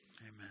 amen